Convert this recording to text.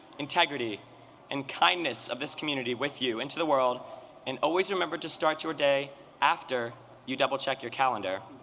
integrity and kindness of this community with you into the world and always remember to start your day after you double check your calendar.